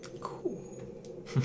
Cool